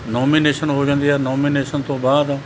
nomination ਹੋ ਜਾਂਦੀ ਆ ਨੋਮੀਨੇਸ਼ਨ ਤੋਂ ਬਾਅਦ